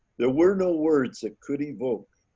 there were no words that could invoke